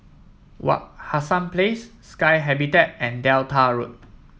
Wak Hassan Place Sky Habitat and Delta Road